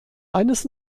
eines